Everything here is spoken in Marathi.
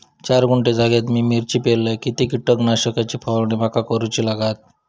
चार गुंठे जागेत मी मिरची पेरलय किती कीटक नाशक ची फवारणी माका करूची लागात?